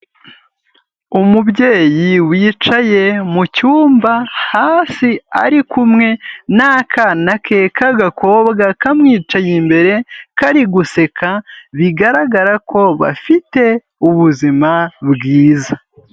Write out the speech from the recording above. Umubyeyi wicaye mu cyumba hasi ari kumwe n'akana ke k'agakobwa kamwicaye imbere kari guseka, bigaragara ko bafite ubuzima bwiza.